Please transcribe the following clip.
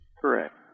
Correct